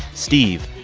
steve,